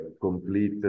complete